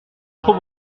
trop